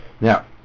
Now